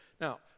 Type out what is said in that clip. Now